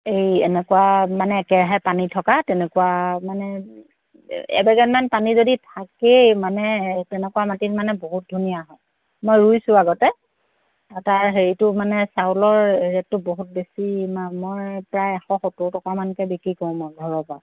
এই এনেকুৱা মানে একেৰাহে পানী থকা তেনেকুৱা মানে এবেগেট মান পানী যদি থাকেই মানে তেনেকুৱা মাটিত মানে বহুত ধুনীয়া হয় মই ৰুইছো আগতে তাৰ হেৰিটো মানে চাউলৰ ৰে'টটো বহুত বেছি মা ম প্ৰায় এশ সত্তৰ টকামানকৈ বিক্ৰী কৰোঁ মই ঘৰৰ পৰা